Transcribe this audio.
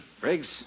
Briggs